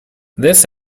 this